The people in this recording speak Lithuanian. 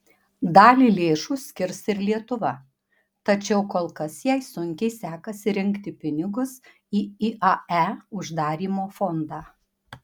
dalį lėšų skirs ir lietuva tačiau kol kas jai sunkiai sekasi rinkti pinigus į iae uždarymo fondą